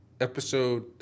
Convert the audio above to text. episode